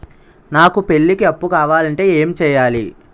నాకు పెళ్లికి అప్పు కావాలంటే ఏం చేయాలి?